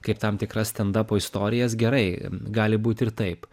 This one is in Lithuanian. kaip tam tikras stendapo istorijas gerai gali būti ir taip